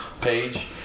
page